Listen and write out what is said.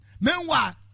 Meanwhile